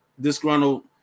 disgruntled